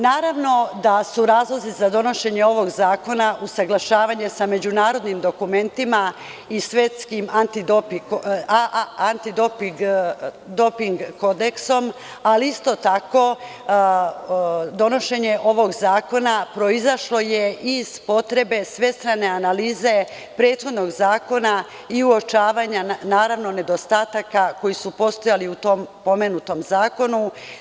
Naravno da su razlozi za donošenje ovog zakona usaglašavanje sa međunarodnim dokumentima i Svetskim antidoping kodeksom, ali isto tako, donošenje ovog zakona proizašlo je iz potrebe svestrane analize prethodnog zakona i uočavanja nedostataka koji su postojali u pomenutom zakonu.